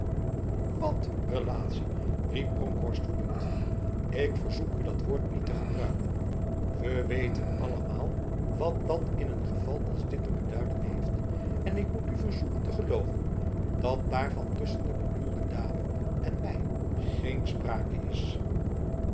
wat relatie riep bronkhorst woedend ik verzoek u dat woord niet te gebruiken we weten allemaal wat dat in een geval als dit te beduiden heeft en ik moet u verzoeken te geloven dat daarvan tussen de bedoelde dame en mij geen sprake is